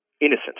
innocent